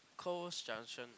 cross junction